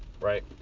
Right